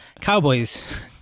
cowboys